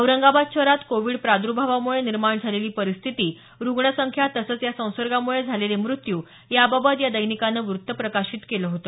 औरंगाबाद शहरात कोविड प्रार्द्र्भावामुळे निर्माण झालेली परिस्थिती रुग्ण संख्या तसंच या संसर्गामुळे झालेले मृत्यू याबाबत या दैनिकानं वृत्त प्रकाशित केलं होत